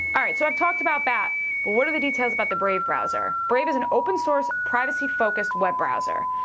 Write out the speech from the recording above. alright, so i've talked about bat but what are the details about the brave browser? brave is an open source privacy focused web browser.